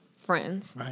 friends